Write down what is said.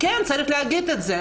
כן, צריך להגיד את זה.